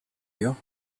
you